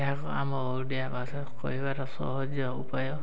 ଏହାକୁ ଆମ ଓଡ଼ିଆ ଭାଷାକୁ କହିବାର ସହଜ ଉପାୟ